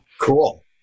Cool